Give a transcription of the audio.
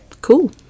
Cool